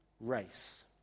race